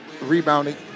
rebounding